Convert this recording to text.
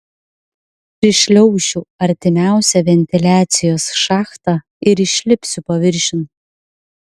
prišliaušiu artimiausią ventiliacijos šachtą ir išlipsiu paviršiun